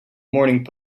morning